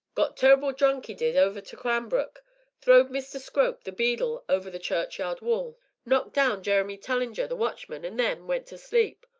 got tur'ble drunk, e did, over to cranbrook throwed mr. scrope, the beadle, over the churchyard wall knocked down jeremy tullinger, the watchman, an' then went to sleep.